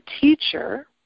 teacher